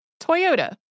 Toyota